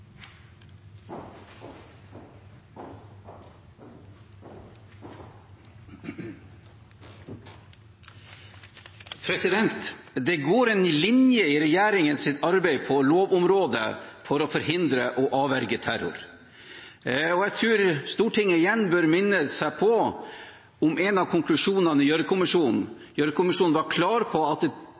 til. Det går en linje i regjeringens arbeid på lovområdet for å forhindre og avverge terror. Jeg tror Stortinget igjen bør minne seg selv om en av konklusjonene fra Gjørv-kommisjonen. Gjørv-kommisjonen var klar på at